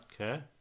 okay